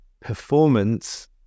performance